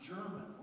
German